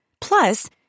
Plus